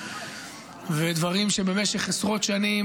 דברים שבמשך עשרות שנים,